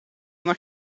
una